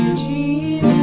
dream